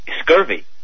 scurvy